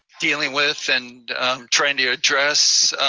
dealing with, and trying to address.